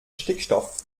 stickstoff